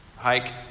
Hike